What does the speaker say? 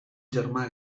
germà